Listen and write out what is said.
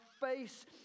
face